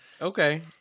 Okay